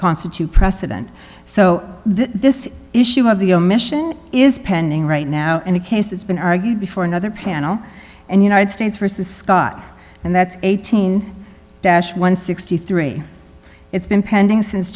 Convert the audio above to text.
constitute precedent so this issue of the omission is pending right now in a case that's been argued before another panel and united states versus scott and that's eighteen dash one hundred and sixty three it's been pending since